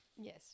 Yes